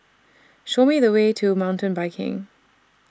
Show Me The Way to Mountain Biking